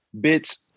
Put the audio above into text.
bitch